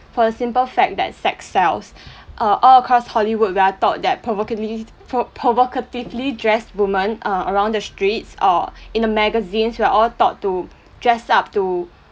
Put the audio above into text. for the simple fact that sex sells err all across hollywood we are taught that provocatly~ provocatively dressed women err around the streets or in the magazines we're all taught to dress up to